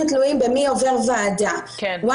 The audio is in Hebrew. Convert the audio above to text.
יצרנו יצור כלאיים כדי להציע מענה לחבר'ה שקיבלו